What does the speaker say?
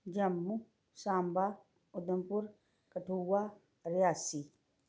Jammu Samba Udhampur Kathua Reasi